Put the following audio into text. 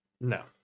No